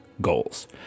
goals